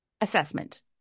assessment